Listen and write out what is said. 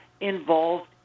involved